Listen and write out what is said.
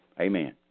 Amen